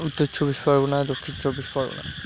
উত্তর চব্বিশ পরগনা দক্ষিণ চব্বিশ পরগনা